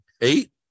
eight